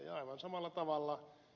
aivan samalla tavalla